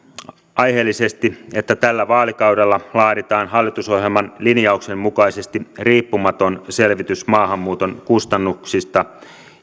aiheellisesti että tällä vaalikaudella laaditaan hallitusohjelman linjauksen mukaisesti riippumaton selvitys maahanmuuton kustannuksista